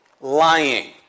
Lying